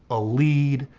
a lead,